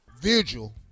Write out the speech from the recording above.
vigil